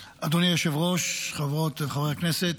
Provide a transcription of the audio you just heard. היושב-ראש, חברות וחברי הכנסת,